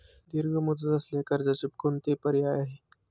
दीर्घ मुदत असलेल्या कर्जाचे कोणते पर्याय आहे?